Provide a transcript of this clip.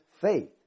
faith